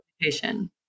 education